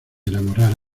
enamorar